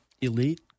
elite